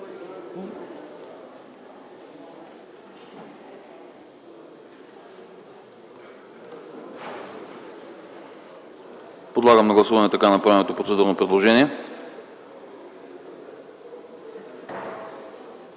Подлагам на гласуване така направеното процедурно предложение.